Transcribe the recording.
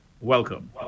Welcome